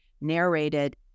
narrated